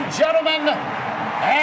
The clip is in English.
gentlemen